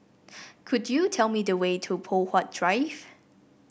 could you tell me the way to Poh Huat Drive